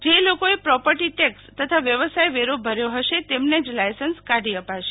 જે લોકોએ property tax સાથે વ્યવસાય વેરો ભર્યો હશે તેમને જ લાયસન્સ કાઢી અપાશે